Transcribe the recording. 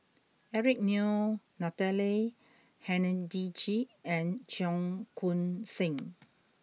Eric Neo Natalie Hennedige and Cheong Koon Seng